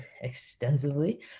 extensively